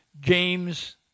James